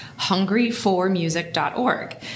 Hungryformusic.org